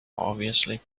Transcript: obviously